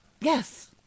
Yes